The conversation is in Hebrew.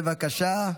בבקשה,